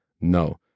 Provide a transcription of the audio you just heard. No